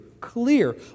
clear